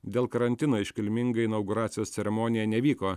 dėl karantino iškilminga inauguracijos ceremonija nevyko